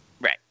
Right